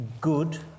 good